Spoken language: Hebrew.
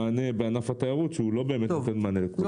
מענה בענף התיירות שהוא לא באמת מענה לכל הענף.